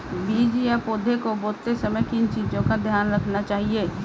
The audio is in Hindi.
बीज या पौधे को बोते समय किन चीज़ों का ध्यान रखना चाहिए?